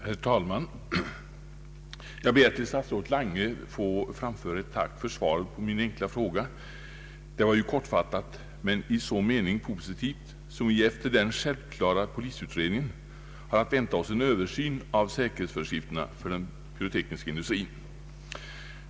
Herr talman! Jag ber att till statsrådet Lange få framföra ett tack för svaret på min enkla fråga. Det var ju kortfattat men i så mening positivt som vi efter den självklara polisutredningen har att vänta oss en översyn av säkerhetsföreskrifterna för den pyrotekriska industrin.